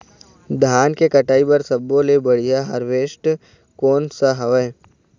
धान के कटाई बर सब्बो ले बढ़िया हारवेस्ट कोन सा हवए?